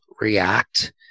react